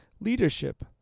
leadership